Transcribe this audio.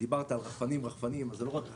דיברת על רחפנים, זה לא רק רחפנים.